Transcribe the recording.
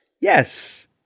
Yes